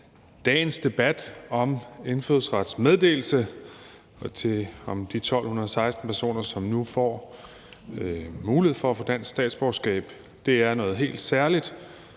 dagens debat om indfødsrets meddelelse til de 1.216 personer, som nu får mulighed for at få dansk statsborgerskab. Det er noget helt særligt,